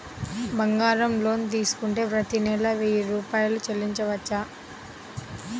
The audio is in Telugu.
బంగారం లోన్ తీసుకుంటే ప్రతి నెల వెయ్యి రూపాయలు చెల్లించవచ్చా?